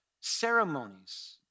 ceremonies